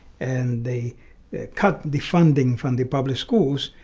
and they cut the funding from the public schools.